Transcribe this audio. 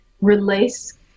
release